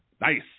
Nice